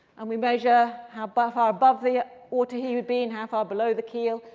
and we measure how but far above the water he would be and how far below the keel,